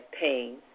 pain